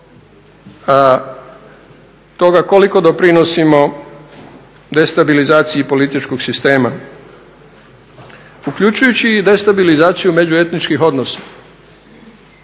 toga koliko doprinosimo destabilizaciji političkog sistema, uključujući i destabilizaciju međuetničkih odnosa.